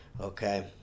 okay